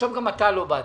בסוף, גם אתה לא באת,